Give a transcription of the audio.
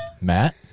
Matt